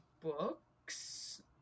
books